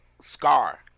Scar